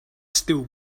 still